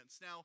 Now